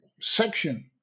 section